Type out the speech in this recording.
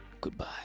Goodbye